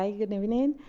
um good evening.